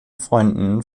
freunden